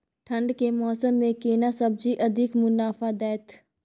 ठंढ के समय मे केना सब्जी अधिक मुनाफा दैत?